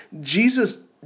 Jesus